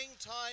time